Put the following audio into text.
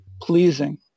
pleasing